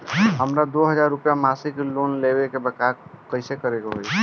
हमरा दो हज़ार रुपया के मासिक लोन लेवे के बा कइसे होई?